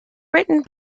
written